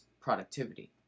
productivity